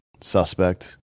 suspect